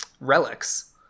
Relics